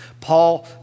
Paul